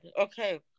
Okay